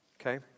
Okay